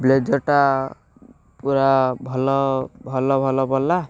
ବ୍ଲେଜର୍ଟା ପୁରା ଭଲ ଭଲ ଭଲ ପଡ଼ିଲା